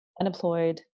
unemployed